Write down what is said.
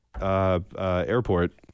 Airport